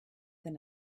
than